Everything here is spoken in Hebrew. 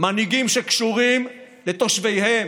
מנהיגים שקשורים לתושביהם,